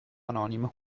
anonimo